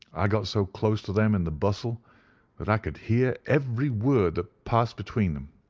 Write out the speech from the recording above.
i got so close to them in the bustle that i could hear every word that passed between them.